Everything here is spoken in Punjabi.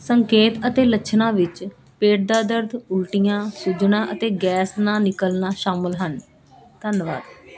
ਸੰਕੇਤ ਅਤੇ ਲੱਛਣਾਂ ਵਿੱਚ ਪੇਟ ਦਾ ਦਰਦ ਉਲਟੀਆਂ ਸੁੱਜਣਾ ਅਤੇ ਗੈਸ ਨਾ ਨਿਕਲਣਾ ਸ਼ਾਮਲ ਹਨ ਧੰਨਵਾਦ